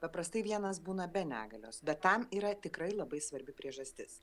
paprastai vienas būna be negalios bet tam yra tikrai labai svarbi priežastis